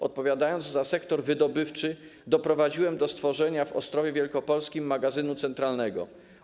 Odpowiadając za sektor wydobywczy, doprowadziłem do stworzenia w Ostrowie Wielkopolskim magazynu centralnego.